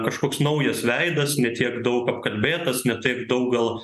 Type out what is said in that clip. kažkoks naujas veidas ne tiek daug apkalbėtas ne taip daug gal